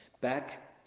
back